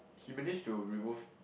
he manage to remove